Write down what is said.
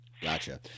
Gotcha